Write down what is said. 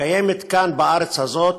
קיימת כאן, בארץ הזאת,